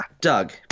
Doug